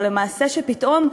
אבל למעשה פתאום,